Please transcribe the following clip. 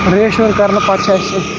reassure کَرنہٕ پَتہٕ چھُ اَسہِ